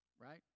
Right